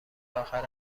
اخر